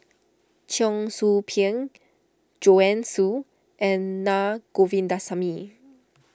Cheong Soo Pieng Joanne Soo and Na Govindasamy